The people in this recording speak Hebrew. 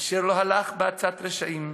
אשר לא הלך בעצת רשעים,